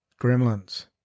Gremlins